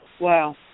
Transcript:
Wow